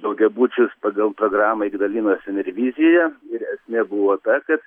daugiabučius pagal programą ignalinos enervizija ir esmė buvo ta kad